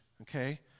okay